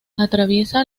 atraviesa